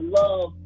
love